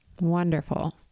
Wonderful